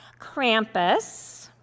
Krampus